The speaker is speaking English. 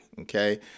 okay